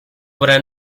obra